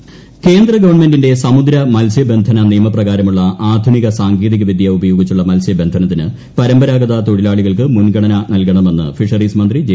നിയമസഭ മെഴ്സിക്കുട്ടിയമ്മ കേന്ദ്രഗവൺമെന്റിന്റെ സമുദ്ര മത്സ്യബന്ധന നിയമപ്രകാരമുള്ള ആധുനിക സാങ്കേതിക വിദ്യ ഉപയോഗിച്ചുള്ള മത്സ്യബന്ധനത്തിന് പരമ്പരാഗത തൊഴിലാളികൾക്ക് മുൻഗണന നൽകണമെന്ന് ഫിഷറീസ് മന്ത്രി ജെ